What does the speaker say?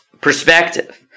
perspective